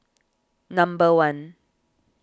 number one